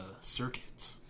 circuit